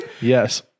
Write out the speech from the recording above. Yes